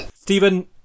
Stephen